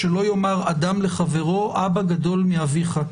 שלא יאמר אדם לחברו אבא גדול מאביך.